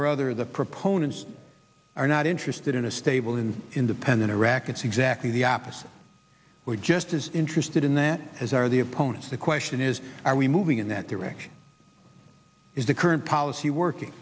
or other the proponents are not interested in a stable and independent iraq it's exactly the opposite we're just as interested in that as are the opponents the question is are we moving in that direction is the current policy working